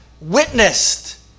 witnessed